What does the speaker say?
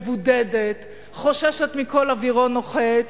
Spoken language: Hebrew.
מבודדת, חוששת מכל אווירון נוחת,